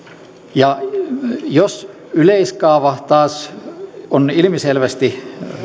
ja jos yleiskaava taas on ilmiselvästi